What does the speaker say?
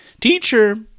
Teacher